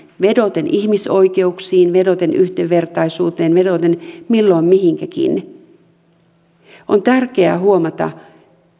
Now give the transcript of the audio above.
vedoten ihmisoikeuksiin vedoten yhdenvertaisuuteen vedoten milloin mihinkin on tärkeää huomata